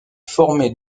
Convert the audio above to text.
formée